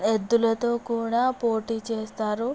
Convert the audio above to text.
ఎద్దులతో కూడా పోటీ చేస్తారు